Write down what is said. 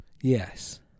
yes